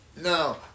No